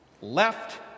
left